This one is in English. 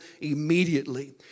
immediately